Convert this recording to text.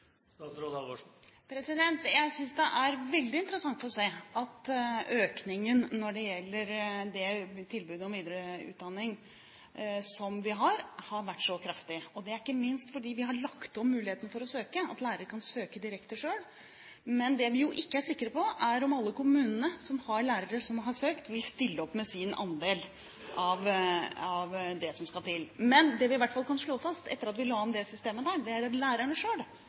Jeg synes det er veldig interessant å se at økningen når det gjelder det tilbudet om videreutdanning som vi har, har vært så kraftig, og det er ikke minst fordi vi har lagt om systemet med hensyn til muligheten for å søke – lærerne kan søke direkte selv. Men det vi jo ikke er sikre på, er om alle kommunene som har lærere som har søkt, vil stille opp med sin andel av det som skal til. Det vi i hvert fall kan slå fast, er, etter at vi la om det systemet, at lærerne selv er